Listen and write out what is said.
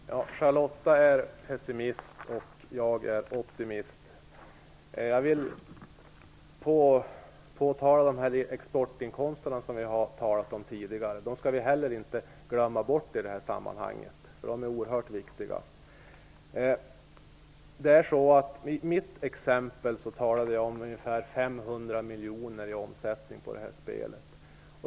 Fru talman! Charlotta L Bjälkebring är pessimist och jag är optimist. Jag vill påtala de exportinkomster vi har talat om tidigare. Vi skall inte glömma bort dem i sammanhanget. De är nämligen oerhört viktiga. I mitt exempel talade jag om ungefär 500 miljoner kronor i omsättning i spelet.